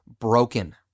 broken